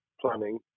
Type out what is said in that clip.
planning